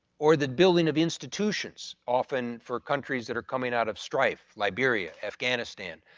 or the buildings of institutions often for countries that are coming out of strife, liberia, afghanistan,